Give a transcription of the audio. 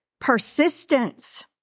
persistence